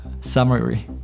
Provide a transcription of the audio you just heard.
summary